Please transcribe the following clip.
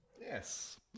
Yes